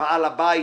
בעל הבית